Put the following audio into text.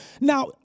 now